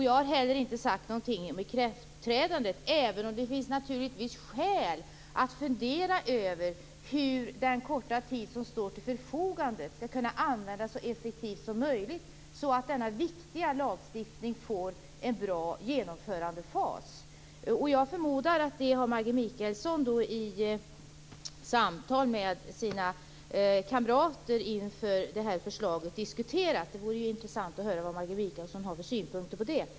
Jag har heller inte sagt någonting om ikraftträdandet, även om det naturligtvis finns skäl att fundera över hur den korta tid som står till förfogande skall kunna användas så effektivt som möjligt, så att denna viktiga lagstiftning får en bra genomförandefas. Jag förmodar att Maggi Mikaelsson har diskuterat frågan i samtal med sina kamrater inför detta förslag. Det vore intressant att höra vad Maggi Mikaelsson har för synpunkter på det.